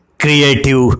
creative